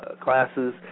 classes